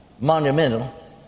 monumental